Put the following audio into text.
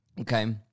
Okay